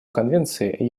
конвенции